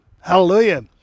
Hallelujah